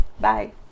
Bye